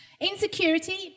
Insecurity